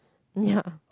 ya